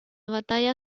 batalla